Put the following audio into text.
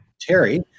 Terry